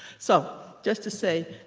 so just to say,